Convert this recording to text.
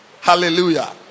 Hallelujah